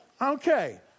Okay